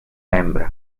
hembra